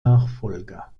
nachfolger